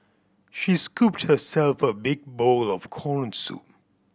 she scooped herself a big bowl of corn soup